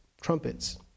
trumpets